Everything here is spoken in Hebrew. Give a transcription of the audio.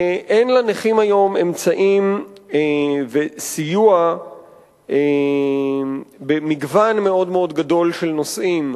אין לנכים היום אמצעים וסיוע במגוון מאוד מאוד גדול של נושאים.